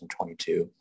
2022